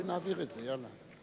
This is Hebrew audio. בואי נעביר את זה, יאללה.